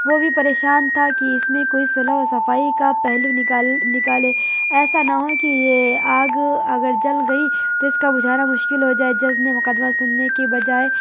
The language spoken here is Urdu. وہ بھی پریشان تھا کہ اس میں کوئی صلح و صفائی کا پہلو نکال نکالے ایسا نہ ہو کہ یہ آگ اگر جل گئی تو اس کا بجھانا مشکل ہو جائے جج نے مقدمہ سننے کے بجائے